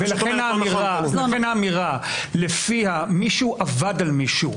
זה פשוט לא נכון --- ולכן האמירה לפיה "מישהו עבד על מישהו",